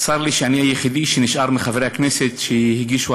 צר לי שאני היחידי שנשאר מחברי הכנסת שהגישו